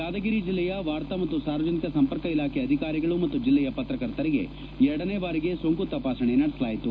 ಯಾದಗಿರಿ ಜಿಲ್ಲೆಯ ವಾರ್ತಾ ಮತ್ತು ಸಾರ್ವಜನಿಕ ಸಂಪರ್ಕ ಇಲಾಖೆ ಅಧಿಕಾರಿಗಳು ಮತ್ತು ಜಿಲ್ಲೆಯ ಪತ್ರಕರ್ತರಿಗೆ ಎರಡನೇ ಬಾರಿಗೆ ಸೋಂಕು ತಪಾಸಣೆ ನಡೆಸಲಾಯಿತು